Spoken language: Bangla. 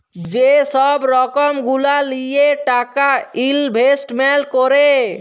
যে ছব রকম গুলা লিঁয়ে টাকা ইলভেস্টমেল্ট ক্যরে